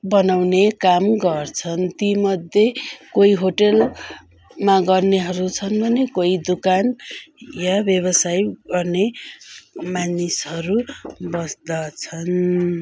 बनाउने काम गर्छन् ती मध्ये कोही होटेल मा गर्नेहरू छन् भने कोही दकान वा व्यवसाय गर्ने मानिसहरू बस्दछन्